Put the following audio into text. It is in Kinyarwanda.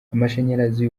amashanyarazi